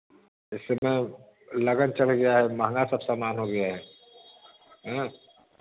इस समय लगन चल गया है महँगा सब सामान हो